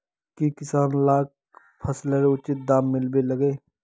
की किसान लाक फसलेर उचित दाम मिलबे लगे?